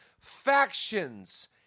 factions